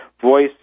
voice